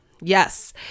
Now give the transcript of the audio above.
Yes